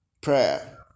Prayer